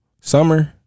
summer